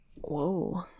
Whoa